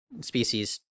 species